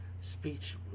speech